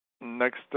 Next